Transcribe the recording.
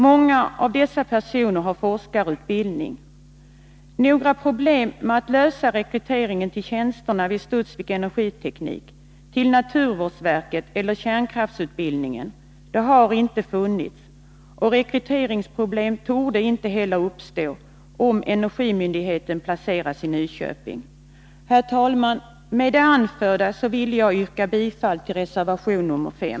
Många av dem har forskarutbildning. Några problem med att klara rekryteringen till tjänsterna vid Studsvik Energiteknik, naturvårdsverket eller kärnkraftsutbildningen har inte funnits, och rekryteringsproblem torde inte heller uppstå om energimyndigheten placeras i Nyköping. Herr talman! Med det anförda vill jag yrka bifall till reservation 5.